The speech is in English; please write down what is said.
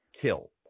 kill